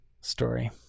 story